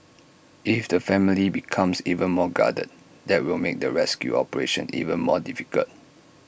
if the family becomes even more guarded that will make the rescue operation even more difficult